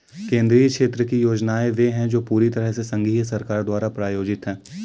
केंद्रीय क्षेत्र की योजनाएं वे है जो पूरी तरह से संघीय सरकार द्वारा प्रायोजित है